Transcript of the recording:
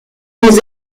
des